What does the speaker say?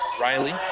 Riley